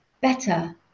better